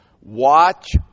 watch